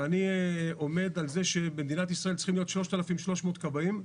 ואני עומד על זה שבמדינת ישראל צריכים להיות 3,300 כבאים,